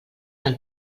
del